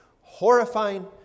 horrifying